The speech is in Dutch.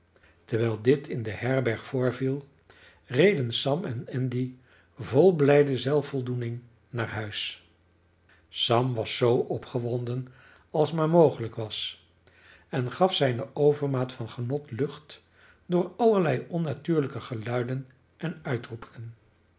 terwijl dit in de herberg voorviel reden sam en andy vol blijde zelfvoldoening naar huis sam was zoo opgewonden als maar mogelijk was en gaf zijne overmaat van genot lucht door allerlei onnatuurlijke geluiden en uitroepingen